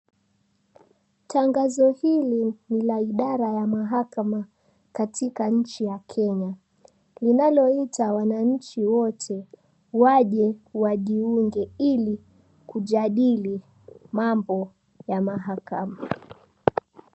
Tangazo hili ni la idara ya mahakama, Katika nchi ya Kenya. Linaloita wananchi wote. Waje wajiunge ili kujadili mambo ya mahakama.